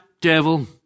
devil